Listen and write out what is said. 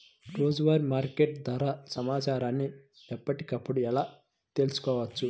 రోజువారీ మార్కెట్ ధర సమాచారాన్ని ఎప్పటికప్పుడు ఎలా తెలుసుకోవచ్చు?